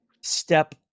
step